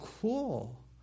cool